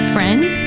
Friend